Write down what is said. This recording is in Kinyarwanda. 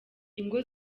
ingo